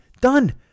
done